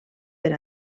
per